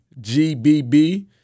GBB